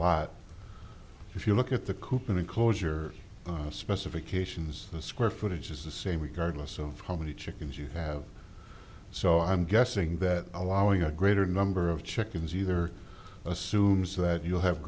lot if you look at the coop and enclosure specifications the square footage is the same regardless of how many chickens you have so i'm guessing that allowing a greater number of chickens either assumes that you have